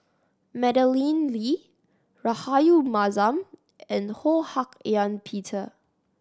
Madeleine Lee Rahayu Mahzam and Ho Hak Ean Peter